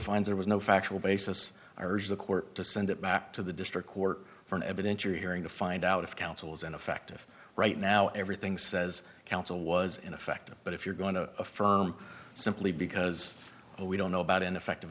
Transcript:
finds there was no factual basis or is the court to send it back to the district court for an evidentiary hearing to find out if counsel is an effective right now everything says counsel was ineffective but if you're going to affirm simply because we don't know about ineffect